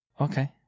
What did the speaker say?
okay